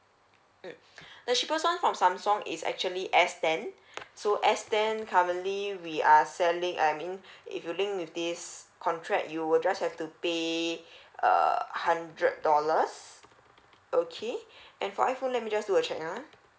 mm the cheapest [one] from samsung is actually S ten soS ten currently we are selling I mean if you link with this contract you will just have to pay err hundred dollars okay and for iphone let me just do a check ah